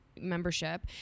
Membership